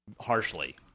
Harshly